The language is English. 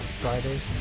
friday